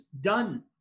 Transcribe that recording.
done